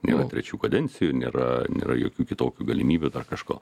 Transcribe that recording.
nėra trečių kadencijų ir nėra nėra jokių kitokių galimybių dar kažko